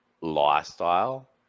lifestyle